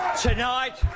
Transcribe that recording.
tonight